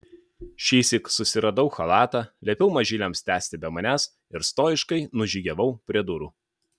šįsyk susiradau chalatą liepiau mažyliams tęsti be manęs ir stojiškai nužygiavau prie durų